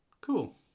Cool